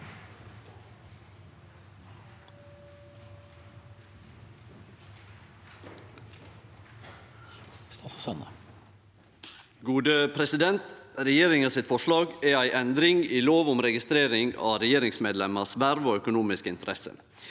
Sande Regjeringa sitt forslag er ei endring i lov om registrering av regjeringsmedlemmers verv og økonomiske interesser.